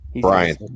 Brian